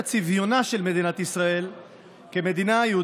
אתה יכול,